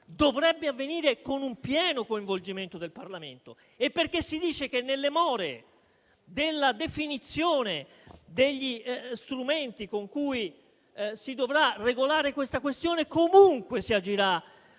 dovrebbe avvenire con un pieno coinvolgimento del Parlamento. Si dice inoltre che, nelle more della definizione degli strumenti con cui si dovrà regolare questa questione, comunque si agirà